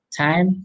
time